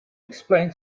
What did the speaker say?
explain